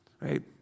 Right